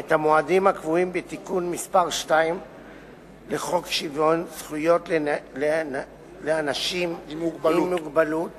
את המועדים הקבועים בתיקון מס' 2 לחוק שוויון זכויות לאנשים עם מוגבלות